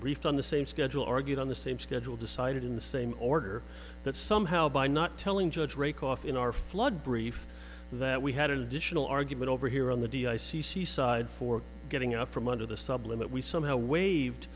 briefed on the same schedule argued on the same schedule decided in the same order that somehow by not telling judge rake off in our flood brief that we had additional argument over here on the d i c c side for getting out from under the sub limit we somehow waived